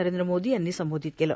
नरेंद्र मोदी यांनी संबोधित केले